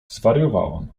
zwariowałam